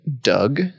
Doug